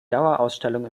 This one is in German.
dauerausstellung